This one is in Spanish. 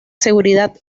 seguridad